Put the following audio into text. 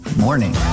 morning